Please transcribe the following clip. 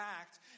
act